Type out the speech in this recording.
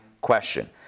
question